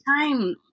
time